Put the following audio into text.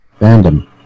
Fandom